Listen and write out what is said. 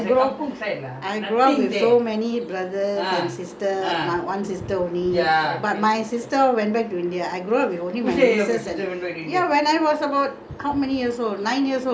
ya my side is ah very good ah I grow I grew up with so many brothers and sisters my one sister only but my sister went back to india I grow up only with my